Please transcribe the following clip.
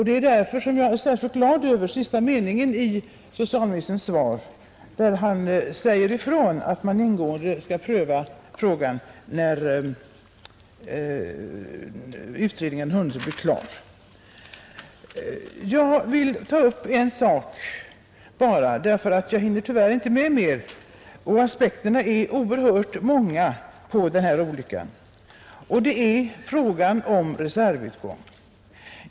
Det är därför som jag är särskilt glad över sista meningen i socialministerns svar där man säger ifrån att man ingående skall pröva frågan när utredningen hunnit bli klar. Jag skall ta upp bara en sak — jag hinner tyvärr inte mer trots att aspekterna på den här olyckan är oerhört många. Det gäller frågan om reservutgång.